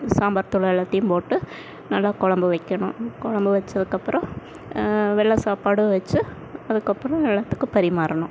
சாம்பார் தூள் எல்லாத்தையும் போட்டு நல்லா கொழம்பு வெக்கணும் கொழம்பு வைச்சதுக்கப்பறோம் வெள்ளை சாப்பாடும் வைச்சு அதுக்கப்புறம் எல்லாத்துக்கும் பரிமாறணும்